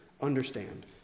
understand